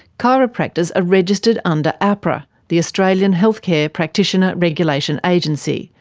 chiropractors are registered under ahpra, the australian healthcare practitioner regulation agency,